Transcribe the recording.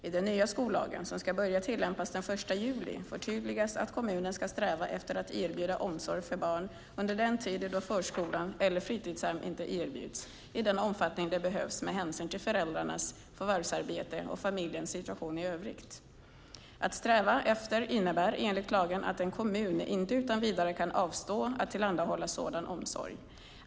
I den nya skollagen, som ska börja tillämpas den 1 juli, förtydligas att kommunen ska sträva efter att erbjuda omsorg för barn under den tid då förskola eller fritidshem inte erbjuds, i den omfattning det behövs med hänsyn till föräldrarnas förvärvsarbete och familjens situation i övrigt. Att sträva efter innebär enligt lagen att en kommun inte utan vidare kan avstå från att tillhandahålla sådan omsorg.